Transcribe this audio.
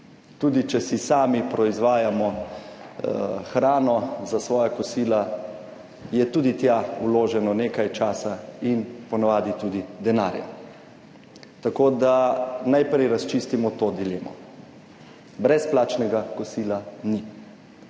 Tudi če si sami proizvajamo hrano za svoja kosila, je tudi tja vloženo nekaj časa in ponavadi tudi denarja. Tako da najprej razčistimo to dilemo – brezplačnega kosila ni.